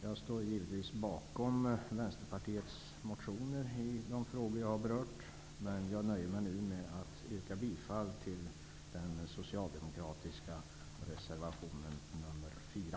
Jag står givetvis bakom Vänsterpartiets motioner i de frågor jag har berört, men jag nöjer mig nu med att yrka bifall till den socialdemokratiska reservationen nr 4.